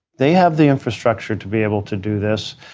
they have the infrastructure to be able to do this.